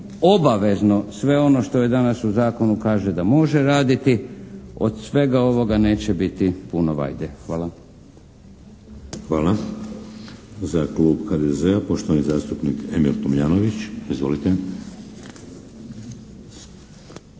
obavezno sve ono što je danas u zakonu kaže da može raditi od svega ovoga neće biti puno vajde. Hvala. **Šeks, Vladimir (HDZ)** Hvala. Za klub HDZ-a poštovani zastupnik Emil Tomljanović, izvolite.